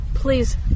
Please